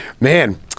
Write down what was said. Man